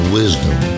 wisdom